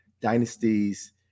dynasties